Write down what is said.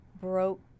broke